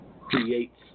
creates